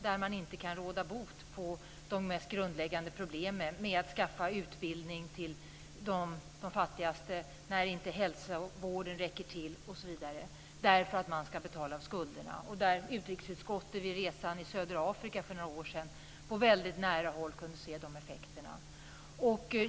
Man kan inte råda bot på de mest grundläggande problemen med att skaffa utbildning till de fattigaste när inte vården räcker till osv., därför att man ska betala av skulderna. Utrikesutskottet kunde under resan i södra Afrika för några år sedan på väldigt nära håll se de effekterna.